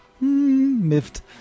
Miffed